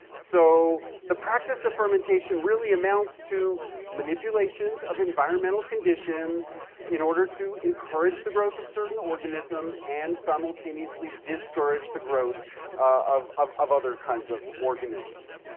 so the practice of fermentation really amounts to manipulations of environmental conditions in order to encourage the growth of certain organisms and simultaneously discourage the growth of of other kinds of organisms.